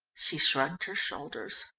she shrugged her shoulders.